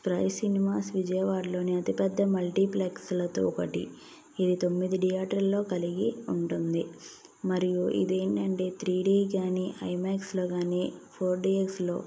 spray cinemas విజయవాడలోని అతిపెద్ద మల్టీప్లెక్స్లతో ఒకటి ఇది తొమ్మిదిథియేటర్లు కలిగి ఉంటుంది మరియు ఇదేంటంటే త్రీ డీ కానీ ఐమాక్స్లో కానీ ఫోర్డిఎక్స్లో